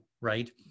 right